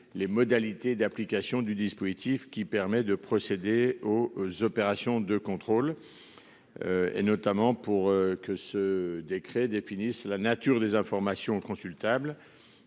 les modalités d'application du dispositif qui permet de procéder aux opérations de contrôle. Et notamment pour que ce décret définit la nature des informations consultables,